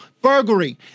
burglary